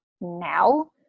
now